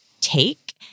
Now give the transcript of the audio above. take